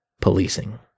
policing